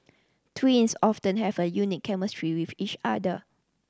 twins often have a unique chemistry with each other